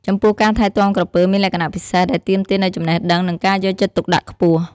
ចំពោះការថែទាំក្រពើមានលក្ខណៈពិសេស ដែលទាមទារនូវចំណេះដឹង និងការយកចិត្តទុកដាក់ខ្ពស់។